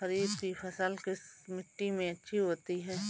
खरीफ की फसल किस मिट्टी में अच्छी होती है?